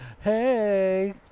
Hey